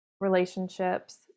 relationships